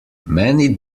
many